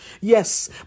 Yes